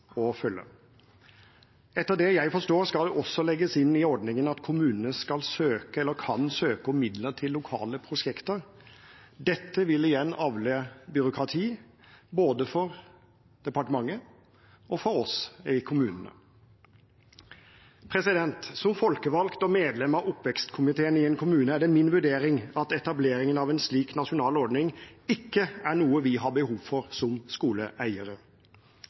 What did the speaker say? å følge. Etter det jeg forstår, skal det også legges inn i ordningen at kommunene kan søke om midler til lokale prosjekter. Dette vil igjen avle byråkrati både for departementet og for oss i kommunene. Som folkevalgt og medlem av oppvekstkomiteen i en kommune er det min vurdering at etableringen av en slik nasjonal ordning ikke er noe vi har behov for som skoleeiere.